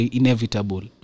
inevitable